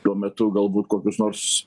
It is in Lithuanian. tuo metu galbūt kokius nors